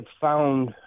found